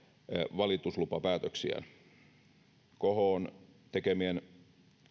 valituslupapäätöksiä khon tekemien